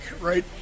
right